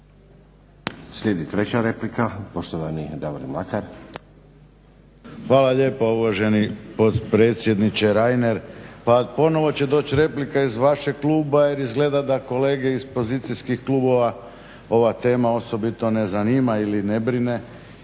Slijedi treća replika poštovani Davor Mlakar. **Mlakar, Davorin (HDZ)** Hvala lijepo uvaženi potpredsjedniče Reinere. Pa ponovo će doći replika iz vašeg kluba jer izgleda da kolege iz pozicijskih klubova osobito ne zanima ili ne brine